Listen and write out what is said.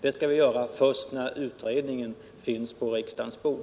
Det skall vi göra först när utredningen finns på riksdagens bord.